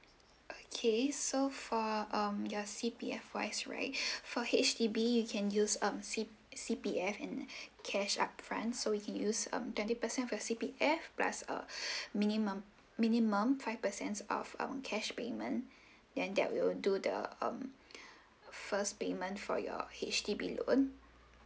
okay so for um your C_P_F wise right for H_D_B you can use um C~ C_P_F and cash up front so you use um twenty percent per C_P_F plus uh minimum minimum five percent of um cash payment then that we'll do the um first payment for your H_D_B loan